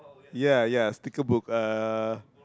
ya ya sticker book uh